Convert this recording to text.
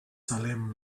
salem